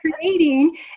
creating